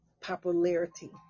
popularity